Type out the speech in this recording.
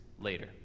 later